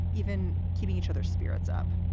even keeping each other's spirits up.